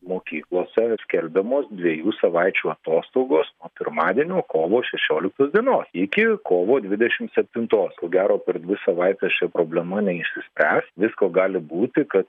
mokyklose skelbiamos dviejų savaičių atostogos nuo pirmadienio kovo šešioliktos dienos iki kovo dvidešimt septintos ko gero per dvi savaites šia problema neišsispręs visko gali būti kad